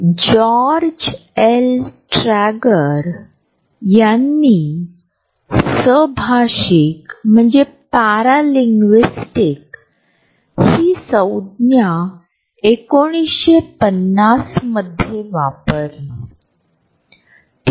the hidden dimension म्हणजे खरं तर असेपरिमाण ज्याबद्दल विशेषतः कधीच बोलले जात नाही